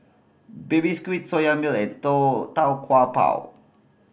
Baby Squid Soya Milk and Tau Kwa Pau